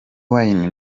wine